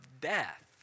death